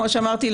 כמו שאמרתי,